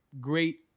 great